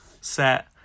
set